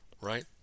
right